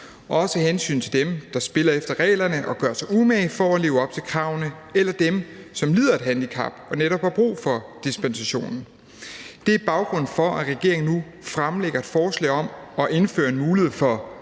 også af hensyn til dem, der spiller efter reglerne og gør sig umage for at leve op til kravene, eller dem, som lider af et handicap og netop har brug for dispensationen. Det er baggrunden for, at regeringen nu fremsætter et forslag om at indføre en mulighed for